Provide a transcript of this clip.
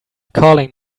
calling